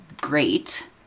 great